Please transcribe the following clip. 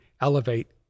elevate